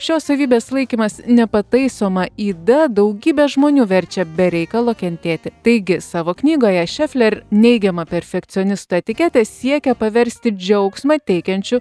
šios savybės laikymas nepataisoma yda daugybę žmonių verčia be reikalo kentėti taigi savo knygoje šefler neigiamą perfekcionisto etiketę siekia paversti džiaugsmą teikiančiu